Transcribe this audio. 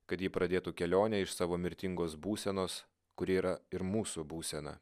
kad ji pradėtų kelionę iš savo mirtingos būsenos kuri yra ir mūsų būsena